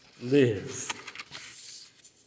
live